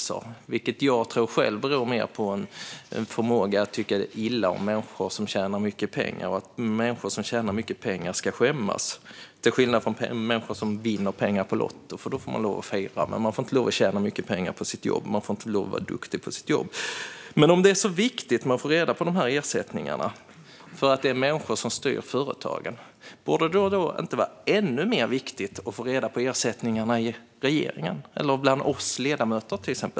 Själv tror jag att det här beror mer på en förmåga att tycka illa om människor som tjänar mycket pengar. Människor som tjänar mycket pengar ska liksom skämmas, till skillnad från människor som vinner pengar på Lotto; då får man lov att fira. Men man får inte lov att vara duktig på sitt jobb och tjäna mycket pengar på det. Om det nu är så viktigt med ersättningarna till människor som styr företagen, borde det då inte vara ännu viktigare att få reda på regeringens ersättningar och ersättningar till oss ledamöter?